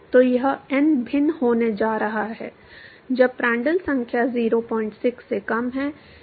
तो यह n भिन्न होने जा रहा है जब प्रांड्टल संख्या 06 से कम है